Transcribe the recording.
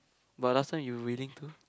but last time you willing to